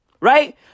Right